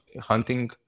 hunting